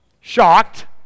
shocked